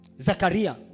Zachariah